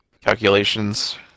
calculations